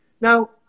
Now